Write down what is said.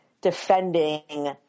defending